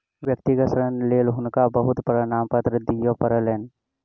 व्यक्तिगत ऋणक लेल हुनका बहुत प्रमाणपत्र दिअ पड़लैन